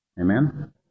Amen